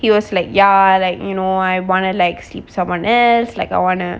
he was like ya like you know I wanted like sleep someone else like I wanna